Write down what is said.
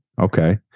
okay